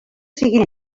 sigui